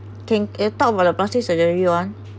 ting you talk about the plastic surgery one